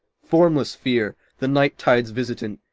formless fear, the night-tide's visitant,